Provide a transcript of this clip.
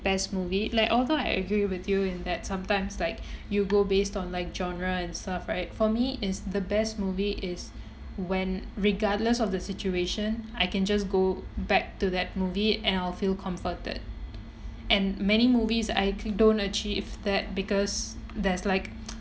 best movie like although I agree with you in that sometimes like you go based on like genre and stuff right for me is the best movie is when regardless of the situation I can just go back to that movie and I'll feel comforted and many movies I actually don't achieve that because there's like